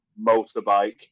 motorbike